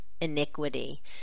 iniquity